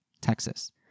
Texas